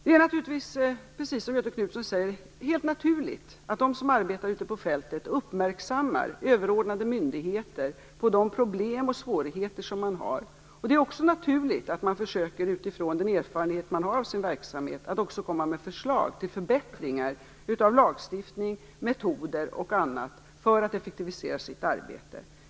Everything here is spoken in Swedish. Det är, precis som Göthe Knutson säger, helt naturligt att de som arbetar ute på fältet uppmärksammar överordnade myndigheter på de problem och svårigheter som man har, och det är också naturligt att man utifrån den erfarenhet man har av sin verksamhet försöker komma med förslag till förbättringar av lagstiftning, metoder och annat för att effektivisera sitt arbete.